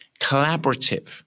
collaborative